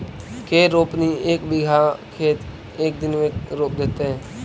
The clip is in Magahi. के रोपनी एक बिघा खेत के एक दिन में रोप देतै?